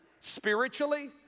spiritually